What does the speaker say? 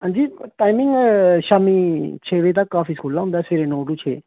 हां जी टाइमिंग शामीं छे बजे तक आफिस खु'ल्ले दा होंदा सवेरे नौ तू छे